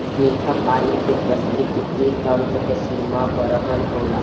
मीठा पानी के पारिस्थितिकी तंत्र के सीमा बरहन होला